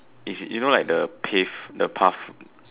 is it you know like the pave the path